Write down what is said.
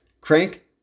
Crank